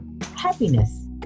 happiness